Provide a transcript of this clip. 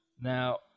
Now